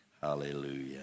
Hallelujah